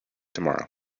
tomorrow